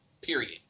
period